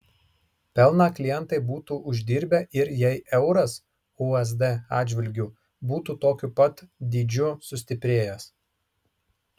pelną klientai būtų uždirbę ir jei euras usd atžvilgiu būtų tokiu pat dydžiu sustiprėjęs